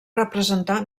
representar